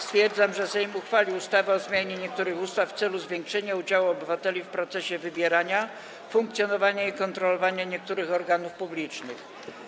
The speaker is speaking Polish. Stwierdzam, że Sejm uchwalił ustawę o zmianie niektórych ustaw w celu zwiększenia udziału obywateli w procesie wybierania, funkcjonowania i kontrolowania niektórych organów publicznych.